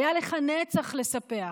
היה לך נצח לספח.